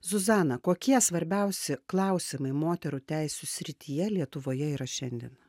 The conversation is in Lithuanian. zuzana kokie svarbiausi klausimai moterų teisių srityje lietuvoje yra šiandien